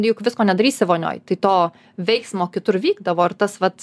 juk visko nedarysi vonioj tai to veiksmo kitur vykdavo ir tas vat